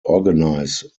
organize